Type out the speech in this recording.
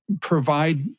provide